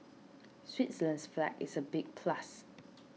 Switzerland's flag is a big plus